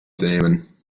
nehmen